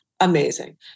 amazing